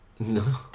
No